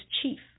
chief